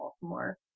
Baltimore